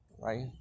right